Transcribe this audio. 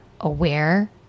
aware